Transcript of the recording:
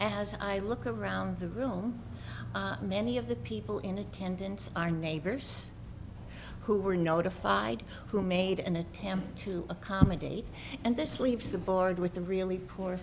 as i look around the room many of the people in attendance are neighbors who were notified who made an attempt to accommodate and this leaves the board with the really poor